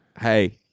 hey